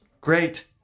great